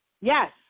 yes